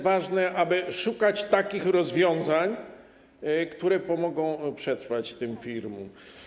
Ważne, aby szukać takich rozwiązań, które pomogą przetrwać tym firmom.